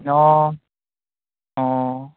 অঁ অঁ